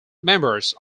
members